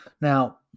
Now